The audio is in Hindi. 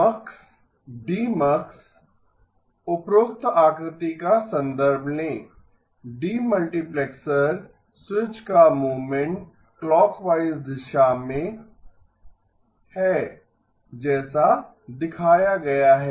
मक्स डीमक्स उपरोक्त आकृति का संदर्भ लें डीमल्टिप्लेक्सर स्विच का मूवमेंट क्लॉकवाइज दिशा में है जैसा दिखाया गया है